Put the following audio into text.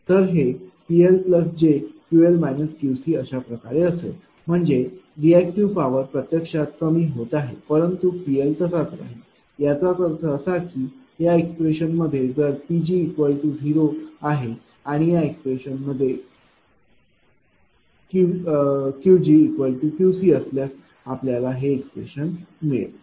तर हे PLjQL QC अशाप्रकारे असेल म्हणजे रिएक्टिव्ह पॉवर प्रत्यक्षात कमी होत आहे परंतु PL तसाच राहील याचा अर्थ असा की या एक्सप्रेशन मध्ये जर Pg 0 आणि या एक्सप्रेशनमध्ये QgQCअसल्यास आपल्याला हे एक्सप्रेशन मिळेल